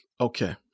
okay